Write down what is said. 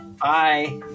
Bye